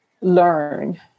learn